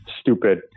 stupid